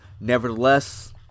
Nevertheless